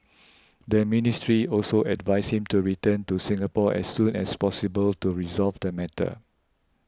the ministry also advised him to return to Singapore as soon as possible to resolve the matter